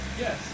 yes